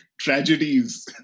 tragedies